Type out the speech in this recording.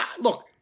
look